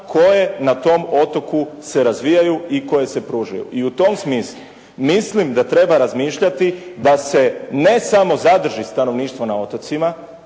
koje na tom otoku se razvijaju i koje se pružaju. I u tom smislu mislim da treba razmišljati da se ne samo zadrži stanovništvo na otocima